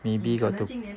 maybe got to